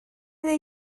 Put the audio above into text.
they